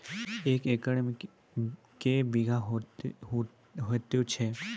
एक एकरऽ मे के बीघा हेतु छै?